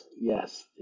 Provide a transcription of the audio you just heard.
yes